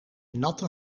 natte